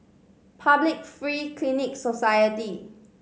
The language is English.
Public Free Clinic Society